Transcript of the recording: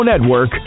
Network